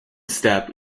step